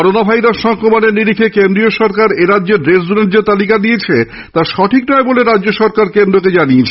corona virus সংক্রমণের নিরিখে কেন্দ্রীয় সরকার এরাজ্যের রেডজোনের যে তালিকা দিয়েছে তা ঠিক নয় বলে রাজ্য সরকার কেন্দ্রকে জানিয়েছে